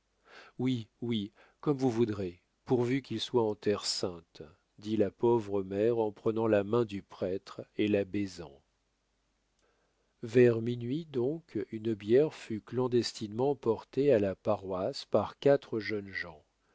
oui oui comme vous voudrez pourvu qu'il soit en terre sainte dit la pauvre mère en prenant la main du prêtre et la baisant vers minuit donc une bière fut clandestinement portée à la paroisse par quatre jeunes gens